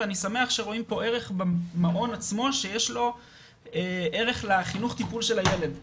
ואני שמח שרואים פה ערך במעון עצמו שיש לו ערך לחינוך טיפול של הילד.